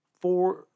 Four